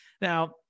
Now